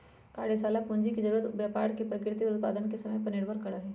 कार्यशाला पूंजी के जरूरत व्यापार के प्रकृति और उत्पादन के समय पर निर्भर करा हई